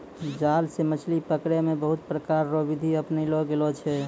जाल से मछली पकड़ै मे बहुत प्रकार रो बिधि अपनैलो गेलो छै